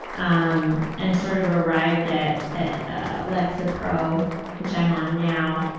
um and sort of arrived at at ah lexapro which i'm on now.